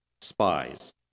spies